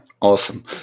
awesome